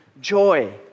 joy